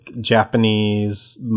Japanese